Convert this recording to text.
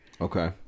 Okay